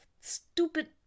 Stupid